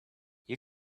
you